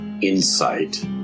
insight